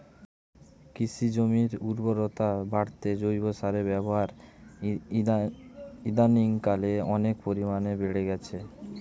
কৃষি জমির উর্বরতা বাড়াতে জৈব সারের ব্যবহার ইদানিংকালে অনেক পরিমাণে বেড়ে গিয়েছে